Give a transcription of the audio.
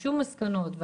"הוגשו מסקנות".